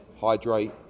hydrate